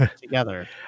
together